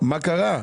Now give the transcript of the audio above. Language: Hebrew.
מה קרה?